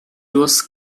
was